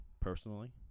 Personally